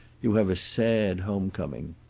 you have a sad home-coming.